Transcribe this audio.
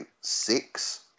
six